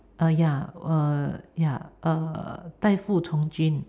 uh ya uh ya uh 代父从军